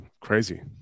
crazy